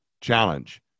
challenge